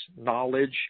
knowledge